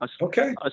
Okay